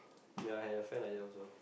may I have a friend like that also